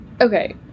okay